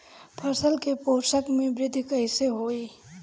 फसल के पोषक में वृद्धि कइसे होई?